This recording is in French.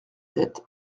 sept